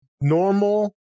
normal